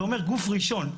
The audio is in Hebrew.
זה אומר גוף ראשון,